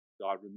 God